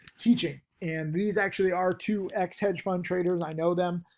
teaching and these actually are two ex-hedge fund traders i know them.